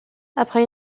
après